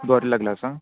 gorilla గ్లాసా